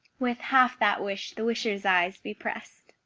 with half that wish the wisher's eyes be press'd!